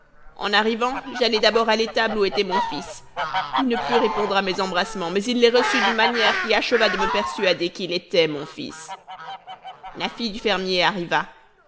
en arrivant j'allai d'abord à l'étable où était mon fils il ne put répondre à mes embrassements mais il les reçut d'une manière qui acheva de me persuader qu'il était mon fils la fille du fermier arriva